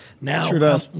now